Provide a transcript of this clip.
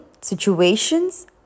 situations